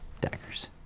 daggers